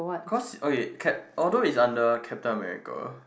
cause okay ca~ although is under Captain-America